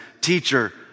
teacher